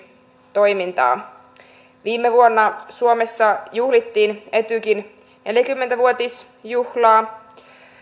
toimintaa viime vuonna suomessa juhlittiin etykin neljäkymmentä vuotisjuhlaa